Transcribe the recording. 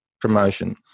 promotion